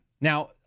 Now